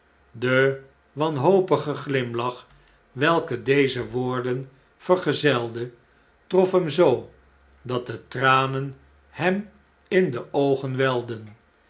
de wanhopige glimlach welke deze woorden vergezelde trof hem zoo dat de tranen hem in de oogen welden